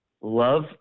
love